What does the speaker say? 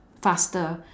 faster